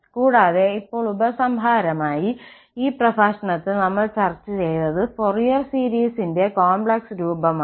കൂടാതെ ഇപ്പോൾ ഉപസംഹാരമായി ഈ പ്രഭാഷണത്തിൽ നമ്മൾ ചർച്ചചെയ്തത് ഫൊറിയർ സീരിസിന്റെ കോംപ്ലക്സ് രൂപമാണ്